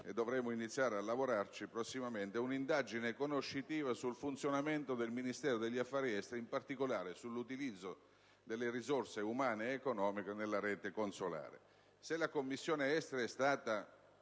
e dovremmo iniziare a lavorarci prossimamente - un'indagine conoscitiva sul funzionamento del Ministero degli affari esteri, in particolare sull'utilizzo delle risorse umane ed economiche nella rete consolare.